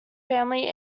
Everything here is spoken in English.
family